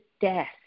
death